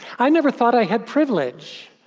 i never thought i had privilege,